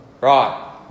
right